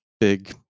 big